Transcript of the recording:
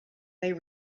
they